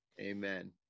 Amen